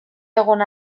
egon